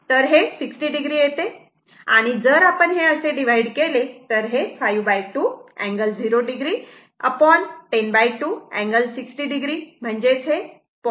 तर हे 60 o येते आणि जर आपण हे असे डिव्हाइड केले तर हे 52 अँगल 0 o 102 अँगल 60 o म्हणजेच 0